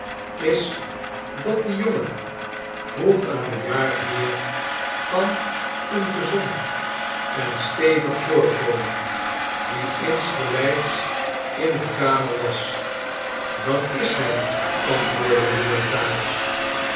is dat die jongen vroeg een bejaard heer van een gezond en stevig voorkomen die insgelijks in de kamer was dat is hij antwoordde de notaris